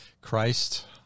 Christ